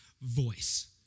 voice